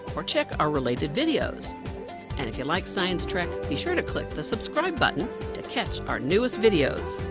or check our related videos and if you like science trek, be sure to click the subscribe button to catch our newest videos.